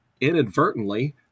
inadvertently